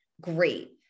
great